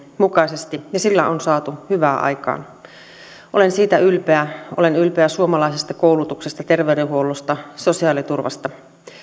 mukaisesti ja sillä on saatu hyvää aikaan olen siitä ylpeä olen ylpeä suomalaisesta koulutuksesta terveydenhuollosta sosiaaliturvasta